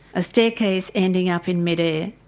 a staircase ending up in mid-air,